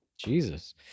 Jesus